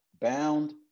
bound